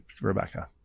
Rebecca